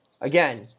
Again